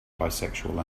bisexual